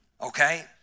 okay